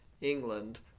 England